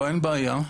אין בעיה.